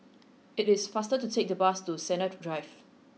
it is faster to take the bus to Sennett Drive